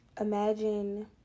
Imagine